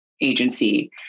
agency